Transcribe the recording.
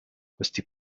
questi